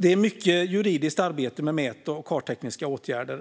Det är mycket juridiskt arbete med mät och karttekniska åtgärder,